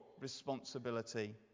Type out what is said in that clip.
responsibility